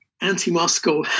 anti-Moscow